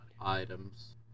items